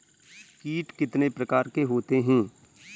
कीट कितने प्रकार के होते हैं?